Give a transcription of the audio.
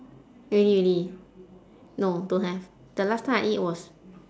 really really no don't have the last time I eat was